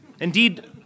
Indeed